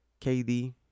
KD